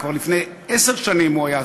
כבר לפני עשר שנים הוא היה,